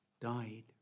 died